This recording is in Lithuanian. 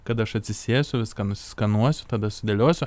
kada aš atsisėsiu viską nusiskanuosiu tada sudėliosiu